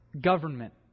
government